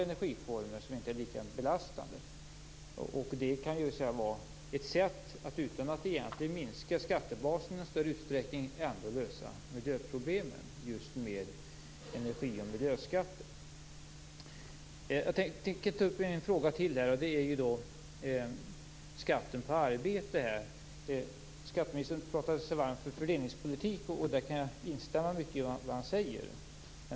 Energi och miljöskatter kan vara ett sätt att utan att egentligen minska skattebasen i någon större utsträckning ändå lösa miljöproblemen. Jag tänkte ta upp en fråga till. Den gäller skatten på arbete. Skatteministern pratade sig varm för fördelningspolitik. Jag kan instämma i mycket av vad han säger.